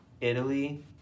Italy